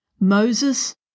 Moses